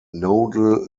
nodal